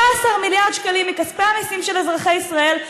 מיליארד שקלים מכספי המיסים של אזרחי ישראל,